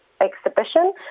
exhibition